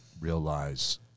realize